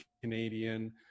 canadian